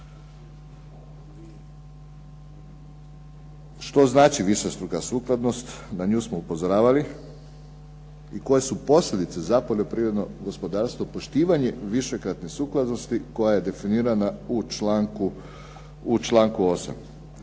Što znači višestruka sukladnost? Na nju smo upozoravali i koje su posljedice za poljoprivredno gospodarstvo poštivanje višekratne sukladnosti koja je definirana u članku 8.